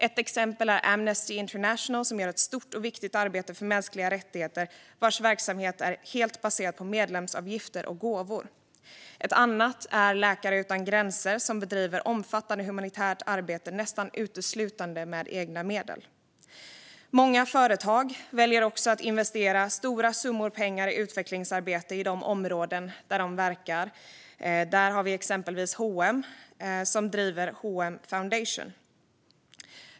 Ett exempel är Amnesty International, som gör ett stort och viktigt arbete för mänskliga rättigheter, vars verksamhet är helt baserad på medlemsavgifter och gåvor. Ett annat är Läkare Utan Gränser, som bedriver ett omfattande humanitärt arbete, nästan uteslutande med egna medel. Många företag väljer också att investera stora summor pengar i utvecklingsarbete i de områden där de verkar. Där har vi exempelvis H & M, som driver H & M Foundation.